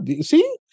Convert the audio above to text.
see